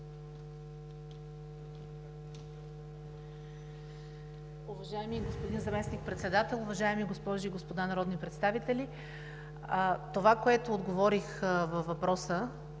Уважаеми господин Заместник-председател, уважаеми госпожи и господа народни представители! Това, което казах в отговора на въпроса,